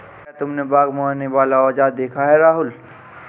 क्या तुमने बाघ मारने वाला औजार देखा है राहुल?